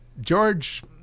George